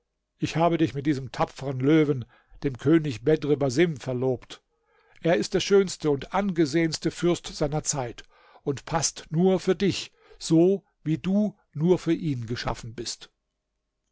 ich habe dich mit diesem tapfern löwen dem könig bedr basim verlobt er ist der schönste und angesehenste fürst seiner zeit und paßt nur für dich so wie du nur für ihn geschaffen bist